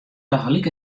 tagelyk